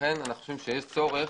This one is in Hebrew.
לכן לדעתנו, יש צורך